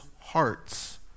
hearts